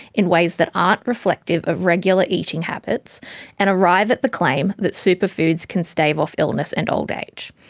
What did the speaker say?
in ways that aren't reflective of regular eating habits and arrive at the claim that superfoods can stave off illness and old age.